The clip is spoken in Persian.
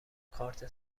کارت